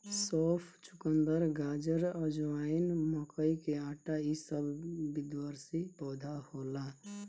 सौंफ, चुकंदर, गाजर, अजवाइन, मकई के आटा इ सब द्विवर्षी पौधा होला